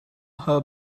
her